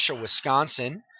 Wisconsin